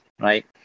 right